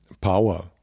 power